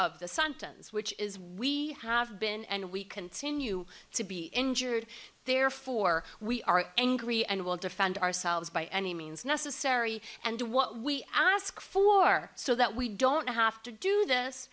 of the sentence which is we have been and we continue to be injured therefore we are angry and will defend ourselves by any means necessary and do what we ask for so that we don't have to do this